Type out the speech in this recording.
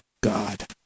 God